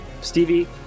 Stevie